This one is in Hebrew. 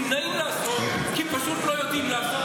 נמנעים לעשות כי פשוט לא יודעים לעשות,